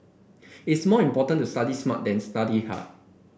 it's more important to study smart than study hard